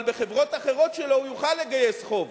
אבל בחברות אחרות שלו הוא יוכל לגייס חוב,